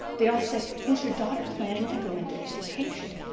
they all said, is your daughter planning to go into education?